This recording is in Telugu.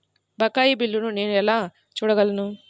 బకాయి బిల్లును నేను ఎలా చూడగలను?